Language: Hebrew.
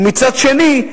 ומצד שני,